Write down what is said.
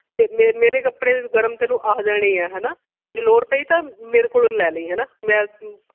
ਮ ਮੇ ਮੇਰੇ ਕੱਪੜੇ ਗਰਮ ਤੈਨੂੰ ਆ ਜਾਣੇ ਹੈ ਹੈ ਨਾ ਜੇ ਲੋੜ ਪਈ ਤਾਂ ਮੇਰੇ ਕੋਲੋਂ ਲੈ ਲਈ ਹੈ ਨਾ ਮੈਂ